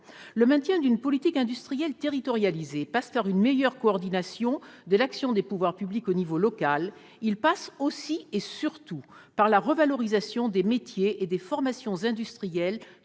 Le maintien d'une politique industrielle territorialisée passe par une meilleure coordination de l'action des pouvoirs publics à l'échelon local. Il passe aussi et surtout par la revalorisation des métiers et des formations industriels,